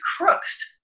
crooks